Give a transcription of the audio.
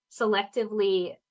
selectively